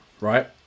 right